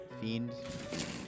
fiend